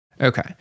Okay